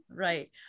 Right